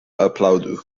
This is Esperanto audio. aplaŭdu